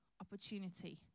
opportunity